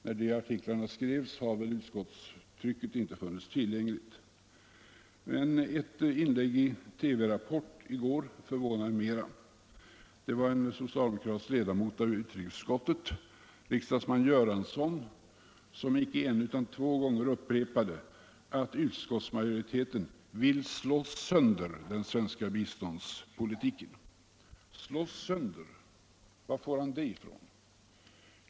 När de artiklarna skrevs fanns väl inte utskottstrycket tillgängligt. Men ett inlägg i Rapport i TV i går förvånar mer. Det var en socialdemokratisk ledamot av utrikesutskottet, riksdagsman Göransson, som icke en utan två gånger sade att utskottsmajoriteten vill ”slå sönder” den svenska biståndspolitiken. ”Slå sönder” —- var får han det ifrån?